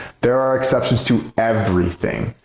there are exceptions to everything!